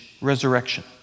resurrection